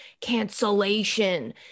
cancellation